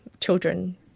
children